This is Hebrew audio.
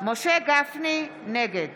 נגד